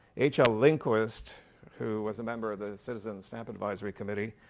h. l. linquist who was a member of the citizens stamp advisory committee.